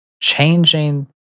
changing